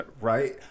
right